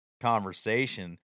conversation